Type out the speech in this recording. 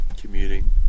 commuting